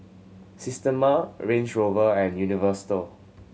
Systema Range Rover and Universal